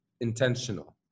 intentional